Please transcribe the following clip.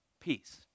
peace